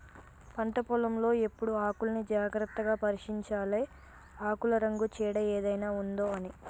పంట పొలం లో ఎప్పుడు ఆకుల్ని జాగ్రత్తగా పరిశీలించాలె ఆకుల రంగు చీడ ఏదైనా ఉందొ అని